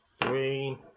three